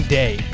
day